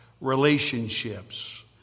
relationships